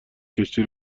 کشتی